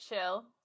chill